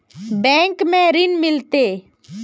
Bank में ऋण मिलते?